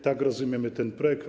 Tak rozumiemy ten projekt.